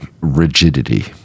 rigidity